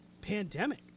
pandemic